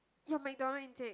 you're McDonald encik